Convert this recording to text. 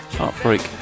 Heartbreak